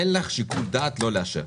אין לך שיקול דעת לא לאשר.